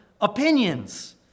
opinions